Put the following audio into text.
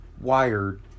wired